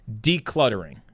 decluttering